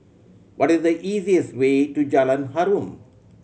what is the easiest way to Jalan Harum